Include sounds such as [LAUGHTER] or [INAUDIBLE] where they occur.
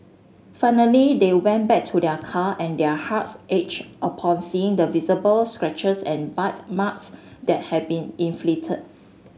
finally they went back to their car and their hearts [UNINTELLIGIBLE] upon seeing the visible scratches and bite marks that had been inflicted